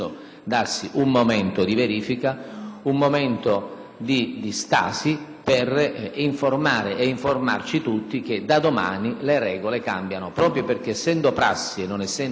un momento di verifica, di stasi per informare tutti che da domani le regole cambiano, proprio perché, essendo prassi e non regole scritte, non essendo fonte giuridica